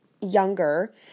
younger